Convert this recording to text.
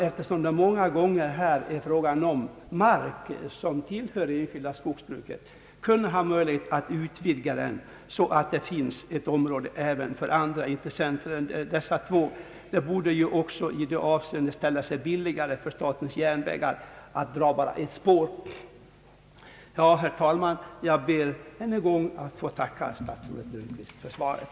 Eftersom det många gånger gäller mark som tillhör det enskilda skogsbruket borde det finnas möjligheter att skapa områden i anslutning till terminalerna som andra intressenter än dessa bolag kan disponera. Det borde ju också i alla avseenden bli billigare för SJ att bara behöva dra ett spår. Herr talman! Jag ber att än en gång få tacka statsrådet för svaret.